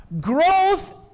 Growth